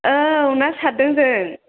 औ ना सारदों जों